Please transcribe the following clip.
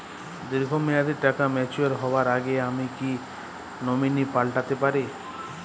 দীর্ঘ মেয়াদি টাকা ম্যাচিউর হবার আগে আমি কি নমিনি পাল্টা তে পারি?